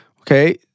Okay